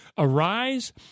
Arise